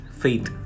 faith